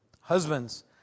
husbands